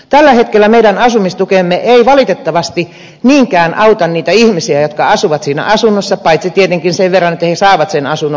tällä hetkellä meidän asumistukemme ei valitettavasti niinkään auta niitä ihmisiä jotka asuvat siinä asunnossa paitsi tietenkin sen verran että he saavat sen asunnon